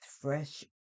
fresh